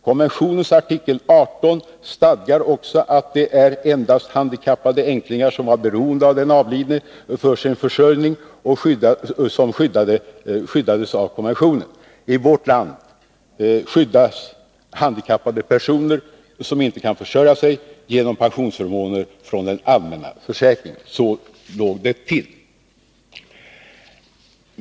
Konventionens artikel 18 stadgar också att det endast är handikappade änklingar som varit beroende av den avlidne för sin försörjning som skyddas av konventionen. I vårt land skyddas handikappade personer som inte kan försörja sig genom pensionsförmåner från den allmänna försäkringen. Så ligger det till.